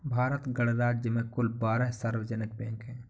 भारत गणराज्य में कुल बारह सार्वजनिक बैंक हैं